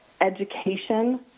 education